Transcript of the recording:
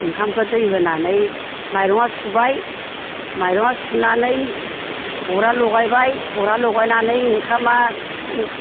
ओंखामखौ दै होनानै माइरङा सुबाय माइरङा सुनानै अरा लगायबाय अरा लगायनानै ओंखामा